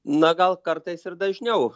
na gal kartais ir dažniau